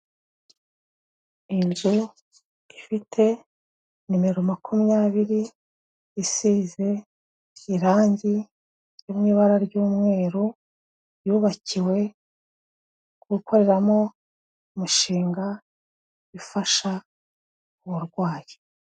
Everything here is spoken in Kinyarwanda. Inzu ifite nomero makumyabiri isize irangi riri mu ibara ry'umweru, yubakiwe gukoreramo imishinga ifasha uburwayi.